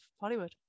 Hollywood